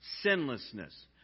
sinlessness